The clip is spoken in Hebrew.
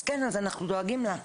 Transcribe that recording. אז כן, אז אנחנו דואגים לה.